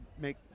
make